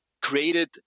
created